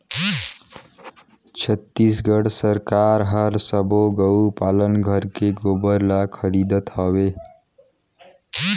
छत्तीसगढ़ सरकार हर सबो गउ पालन घर के गोबर ल खरीदत हवे